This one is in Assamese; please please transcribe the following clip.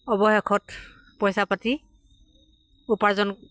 অৱশেষত পইচা পাতি উপাৰ্জন